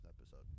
episode